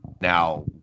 now